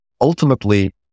Ultimately